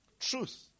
Truth